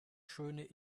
schöne